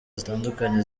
zitandukanye